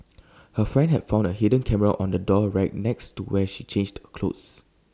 her friend had found A hidden camera on the door rack next to where she changed clothes